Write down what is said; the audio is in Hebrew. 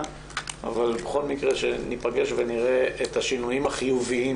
אבל בכל מקרה שניפגש ונראה את השינויים החיוביים